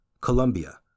Colombia